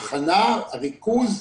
ההכנה, הריכוז,